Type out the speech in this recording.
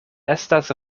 estas